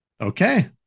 Okay